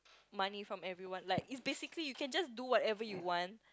money from everyone like is basically you can just do whatever you want